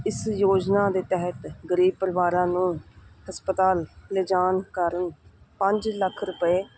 ਇਸ ਯੋਜਨਾ ਦੇ ਤਹਿਤ ਗਰੀਬ ਪਰਿਵਾਰਾਂ ਨੂੰ ਹਸਪਤਾਲ ਲਿਜਾਣ ਕਾਰਨ ਪੰਜ ਲੱਖ ਰੁਪਏ